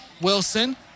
Wilson